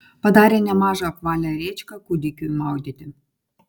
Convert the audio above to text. padarė nemažą apvalią rėčką kūdikiui maudyti